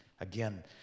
Again